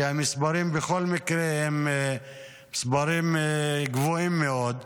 כי המספרים בכל מקרה גבוהים מאוד.